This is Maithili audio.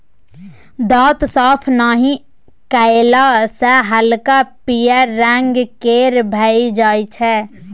दांत साफ नहि कएला सँ हल्का पीयर रंग केर भए जाइ छै